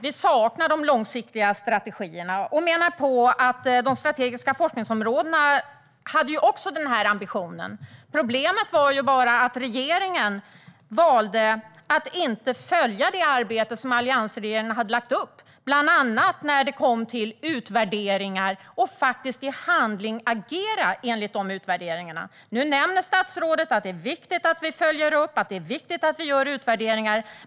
Vi saknar de långsiktiga strategierna och menar att de strategiska forskningsområdena också hade denna ambition. Problemet var bara att regeringen valde att inte följa det arbete som alliansregeringen hade lagt upp, bland annat när det gällde utvärderingar och att i handling agera enligt de utvärderingarna. Nu nämner statsrådet att det är viktigt att vi följer upp och att det är viktigt att vi gör utvärderingar.